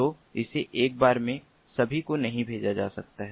तो इसे एक बार में सभी को नहीं भेजा जा सकता है